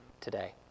today